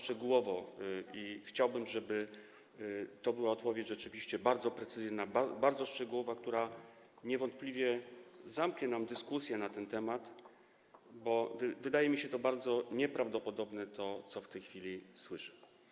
Chciałbym, żeby to była rzeczywiście bardzo precyzyjna, bardzo szczegółowa odpowiedź, która niewątpliwie zamknie dyskusję na ten temat, bo wydaje mi się bardzo nieprawdopodobne to, co w tej chwili słyszę.